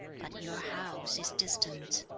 but your house is distant.